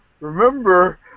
remember